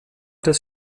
des